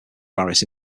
faris